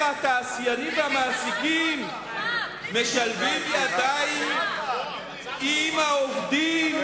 התעשיינים והמעסיקים משלבים ידיים עם העובדים,